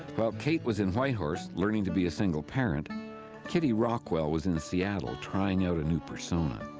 while kate was in whitehorse, learning to be a single parent kitty rockwell was in seattle trying out a new persona.